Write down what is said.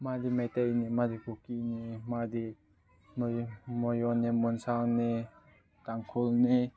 ꯃꯥꯗꯤ ꯃꯩꯇꯩꯅꯤ ꯃꯥꯗꯤ ꯀꯨꯀꯤꯅꯤ ꯃꯥꯗꯤ ꯃꯣꯏ ꯃꯣꯏꯌꯣꯟꯅꯦ ꯃꯣꯟꯁꯥꯡꯅꯦ ꯇꯥꯡꯈꯨꯜꯅꯦ